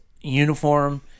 uniform